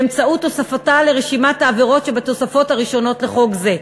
באמצעות הוספתה לרשימת העבירות שבתוספות הראשונות לחוק זה.